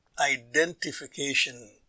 identification